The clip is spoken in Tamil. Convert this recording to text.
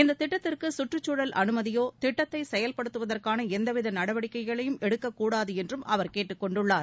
இந்தத் திட்டத்திற்கு கற்றுச்சூழல் அனுமதியோ திட்டத்தை கெயல்படுத்துவதற்கான எந்தவித நடவடிக்கைகளையும் எடுக்கக்கூடாது என்றும் அவர் கேட்டுக்கொண்டுள்ளார்